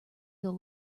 kill